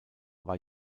war